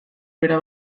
bera